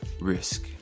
risk